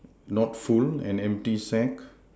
not full an empty sack